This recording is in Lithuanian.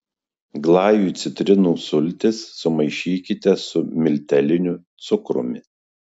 glajui citrinų sultis sumaišykite su milteliniu cukrumi